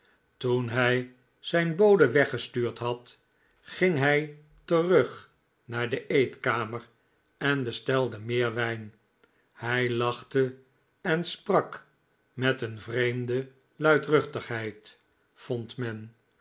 toen hij zijn bode weggestuurd had ging hij terug naar de eetkamer en bestelde meer wijn hij lachte en sprak met een vreemde luidruchtigheid vond men